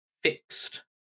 fixed